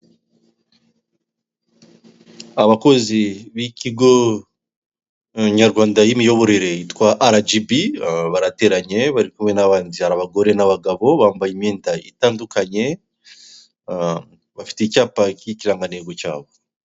Abakozi b'ikigo nyarwanda y'imiyoborere yitwa Arajibi, barateranye bari kumwe n'abandi, hari abagore n'abagabo, bambaye imyenda itandukanye, bafite icyapa k'ikirangantego cyabo.